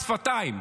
מס שפתיים.